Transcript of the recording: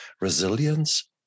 resilience